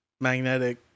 magnetic